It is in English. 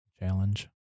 Challenge